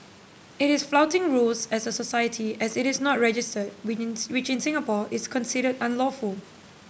it is flouting rules as a society as it is not registered which in Singapore is considered unlawful